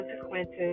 consequences